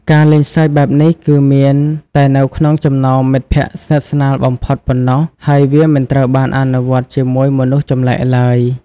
ការលេងសើចបែបនេះគឺមានតែនៅក្នុងចំណោមមិត្តភក្តិស្និទ្ធស្នាលបំផុតប៉ុណ្ណោះ ហើយវាមិនត្រូវបានអនុវត្តជាមួយមនុស្សចម្លែកឡើយ។